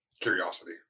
Curiosity